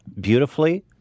beautifully